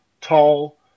tall